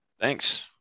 Thanks